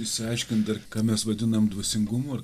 išsiaiškint dar ką mes vadinam dvasingumu ar